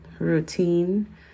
routine